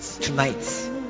tonight